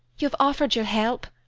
you have offered your help.